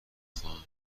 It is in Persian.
خواهم